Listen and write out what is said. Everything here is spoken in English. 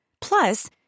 Plus